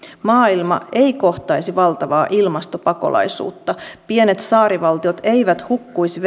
maailma ei kohtaisi valtavaa ilmastopakolaisuutta pienet saarivaltiot eivät hukkuisi